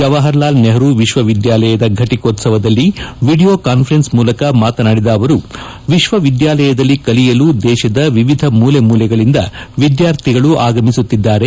ಜವಾಹರ್ಲಾಲ್ ನೆಹರೂ ವಿಶ್ವವಿದ್ಯಾಲಯದ ಘಟಕೋತ್ಸವದಲ್ಲಿ video conference ಮೂಲಕ ಮಾತನಾಡಿದ ಅವರು ವಿಶ್ವವಿದ್ಯಾಲಯದಲ್ಲಿ ಕಲಿಯಲು ದೇಶದ ವಿವಿಧ ಮೂಲೆ ಮೂಲೆಗಳಿಂದ ವಿದ್ನಾರ್ಥಿಗಳು ಆಗಮಿಸುತ್ತಿದ್ದಾರೆ